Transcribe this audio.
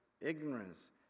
ignorance